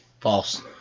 False